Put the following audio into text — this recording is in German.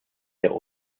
der